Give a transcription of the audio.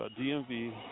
DMV